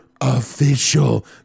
official